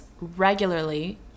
regularly